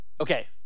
Okay